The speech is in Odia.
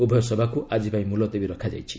ଉଭୟ ସଭାକୁ ଆଜିପାଇଁ ମୁଲତବୀ ରଖାଯାଇଛି